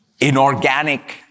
inorganic